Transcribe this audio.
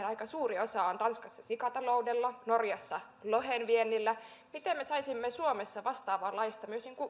aika suuri osa on tanskassa sikataloudella norjassa lohen viennillä miten me saisimme suomessa vastaavanlaista